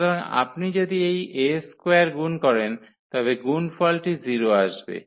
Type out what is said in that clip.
সুতরাং আপনি যদি এই A স্কোয়ার গুণ করেন তবে এই গুনফলটি 0 আসবে